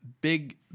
big